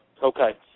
Okay